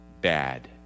bad